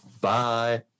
Bye